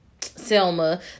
Selma